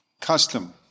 custom